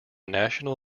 national